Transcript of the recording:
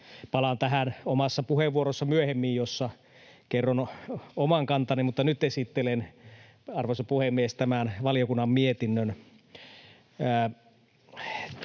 Palaan tähän omassa puheenvuorossa myöhemmin, jossa kerron oman kantani, mutta nyt esittelen, arvoisa puhemies, tämän valiokunnan mietinnön: